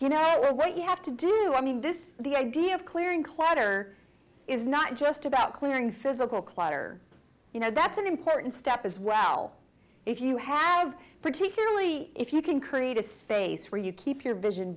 you know what you have to do i mean this the idea of clearing clutter is not just about clearing physical clutter you know that's an important step as well if you have particularly if you can create a space where you keep your vision